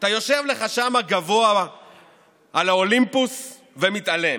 אתה יושב לך שם גבוה על האולימפוס ומתעלם.